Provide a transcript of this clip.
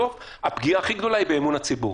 בסוף הפגיעה הכי גדולה היא באמון הציבור.